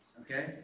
Okay